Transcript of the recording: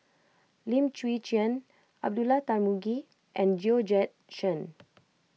Lim Chwee Chian Abdullah Tarmugi and Georgette Chen